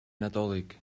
nadolig